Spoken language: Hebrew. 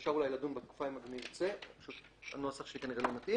ואפשר אולי לדון בתקופה אם אדוני ירצה הנוסח שכנראה לא מתאים